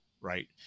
right